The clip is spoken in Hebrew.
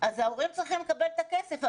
ההורים צריכים לקבל את כספם בחזרה.